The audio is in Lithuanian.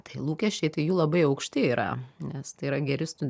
tai lūkesčiai tai jų labai aukšti yra nes tai yra geri stu